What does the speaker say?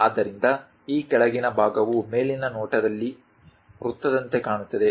ಆದ್ದರಿಂದ ಈ ಕೆಳಗಿನ ಭಾಗವು ಮೇಲಿನ ನೋಟದಲ್ಲಿ ವೃತ್ತದಂತೆ ಕಾಣುತ್ತದೆ